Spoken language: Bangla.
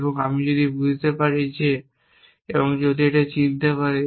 এবং তাই আমি যদি বুঝতে পারি যে এবং যদি একটি চিনতে পারে